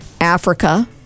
Africa